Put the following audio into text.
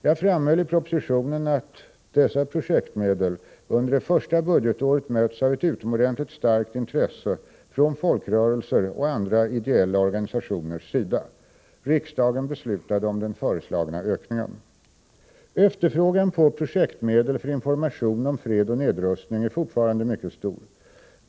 Jag framhöll i propositionen att dessa projektmedel under det första budgetåret mötts av ett utomordentligt starkt intresse från folkrörelser och andra ideella organisationers sida. Riksdagen beslutade om den föreslagna ökningen. Efterfrågan på projektmedel för information om fred och nedrustning är fortfarande mycket stor.